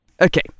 Okay